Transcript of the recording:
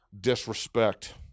disrespect